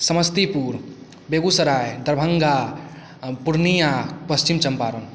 Samastipur Begusarai Darbhanga Purnia Paschim Champaran